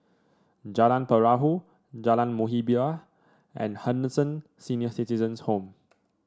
Jalan Perahu Jalan Muhibbah and Henderson Senior Citizens' Home